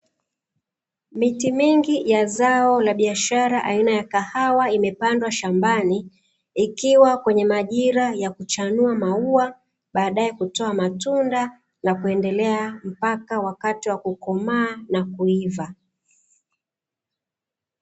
Miti mingi ya zao la biashara ya kahawa imepandwa shambani. ikiwa kwenye majira ya kuchanua maua, baadae kutoa matunda na kuendelea mpaka wakati wa kukomaa na kuiva.